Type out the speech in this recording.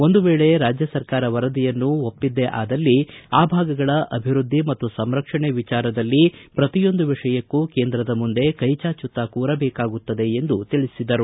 ಒಂದು ವೇಳೆ ರಾಜ್ಯ ಸರ್ಕಾರ ವರದಿಯನ್ನು ಒಪ್ಪಿದ್ದೇ ಆದಲ್ಲಿ ಆ ಭಾಗಗಳ ಅಭಿವೃದ್ದಿ ಮತ್ತು ಸಂರಕ್ಷಣೆ ವಿಚಾರದಲ್ಲಿ ಪ್ರತಿಯೊಂದು ವಿಷಯಕ್ಕೂ ಕೇಂದ್ರದ ಮುಂದೆ ಕೈಚಾಚುತ್ತಾ ಕೂರಬೇಕಾಗುತ್ತದೆ ಎಂದು ತಿಳಿಸಿದರು